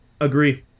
agree